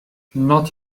not